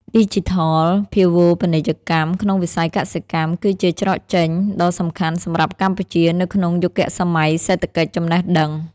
ឌីជីថលូបនីយកម្មក្នុងវិស័យកសិកម្ម គឺជាច្រកចេញដ៏សំខាន់សម្រាប់កម្ពុជានៅក្នុងយុគសម័យសេដ្ឋកិច្ចចំណេះដឹង។